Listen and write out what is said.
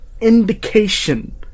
indication